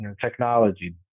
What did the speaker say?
technology